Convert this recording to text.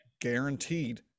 Guaranteed